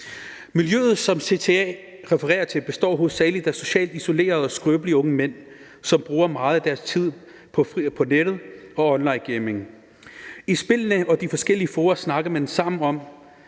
for Terroranalyse refererer til, består hovedsageligt at socialt isolerede og skrøbelige unge mænd, som bruger meget af deres tid på nettet og onlinegaming. I spillene og de forskellige fora snakker man sammen om